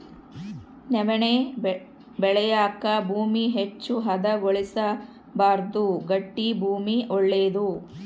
ನವಣೆ ಬೆಳೆಯಾಕ ಭೂಮಿ ಹೆಚ್ಚು ಹದಗೊಳಿಸಬಾರ್ದು ಗಟ್ಟಿ ಭೂಮಿ ಒಳ್ಳೇದು